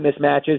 mismatches